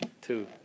two